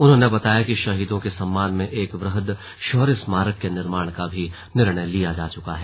उन्होंने बताया कि शहीदों के सम्मान में एक वृहद शौर्य स्मारक के निर्माण का भी निर्णय लिया जा चुका है